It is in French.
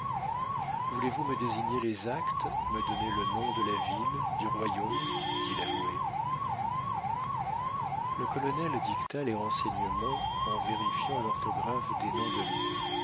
voulez-vous me désigner les actes me donner le nom de la ville du royaume dit l'avoué le colonel dicta les renseignements en vérifiant l'orthographe des noms de lieux